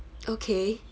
okay